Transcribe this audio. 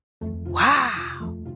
Wow